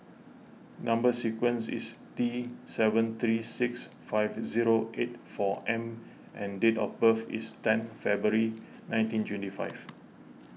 Number Sequence is T seven three six five zero eight four M and date of birth is ten February nineteen twenty five